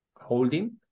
holding